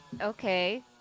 okay